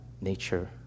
nature